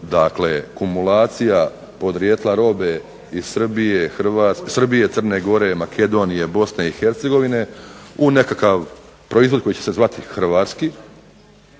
Dakle kumulacija podrijetla robe iz Srbije, Crne Gore, Makedonije, Bosne i Hercegovine u nekakav proizvod koji će se zvati hrvatski,